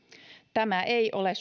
tämä ei ole